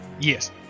Yes